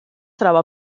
troba